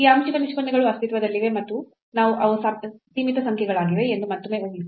ಈ ಆಂಶಿಕ ನಿಷ್ಪನ್ನಗಳು ಅಸ್ತಿತ್ವದಲ್ಲಿವೆ ಮತ್ತು ಅವು ಸೀಮಿತ ಸಂಖ್ಯೆಗಳಾಗಿವೆ ಎಂದು ಮತ್ತೊಮ್ಮೆ ಊಹಿಸಿ